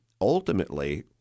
ultimately